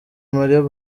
mario